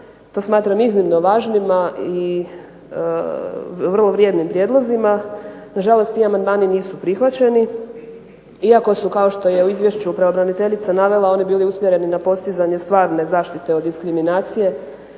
To smatram iznimno važnim i vrlo vrijednim prijedlozima. Nažalost, ti amandmani nisu prihvaćeni iako su, kao što je u izvješću pravobraniteljica navela, oni bili usmjereni na postizanje stvarne zaštite od diskriminacije